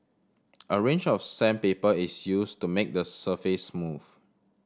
a range of sandpaper is used to make the surface smooth